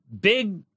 big